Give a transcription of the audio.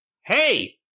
hey